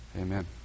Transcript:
Amen